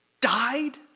died